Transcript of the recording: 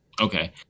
Okay